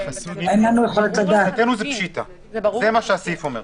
מבחינתנו זה מה שהסעיף אומר.